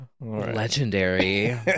Legendary